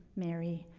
mary,